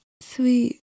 sweet